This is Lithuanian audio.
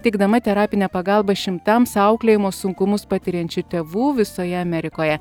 teikdama terapinę pagalbą šimtams auklėjimo sunkumus patiriančių tėvų visoje amerikoje